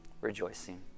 rejoicing